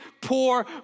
poor